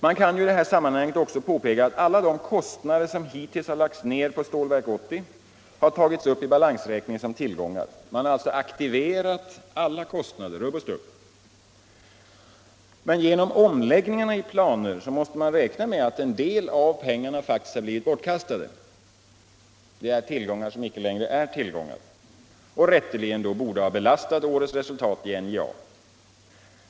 Man kan i detta sammanhang påpeka att alla de kostnader som hittills har lagts ned på Stålverk 80 har tagits upp i balansräkningen som tillgångar. Man har alltså aktiverat alla kostnaderna, rubb och stubb. Men genom omläggningarna i planer måste man räkna med att en del av pengarna faktiskt har blivit bortkastade — det är tillgångar som inte längre är tillgångar — och rätteligen borde ha belastat årets resultat i NJA.